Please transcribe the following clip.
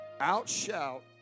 Outshout